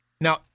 Now